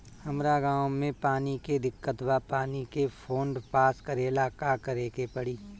हमरा गॉव मे पानी के दिक्कत बा पानी के फोन्ड पास करेला का करे के पड़ी?